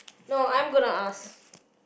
no I'm gonna ask